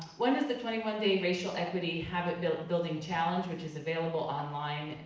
one is the twenty one day racial equity habit-building challenge, which is available online.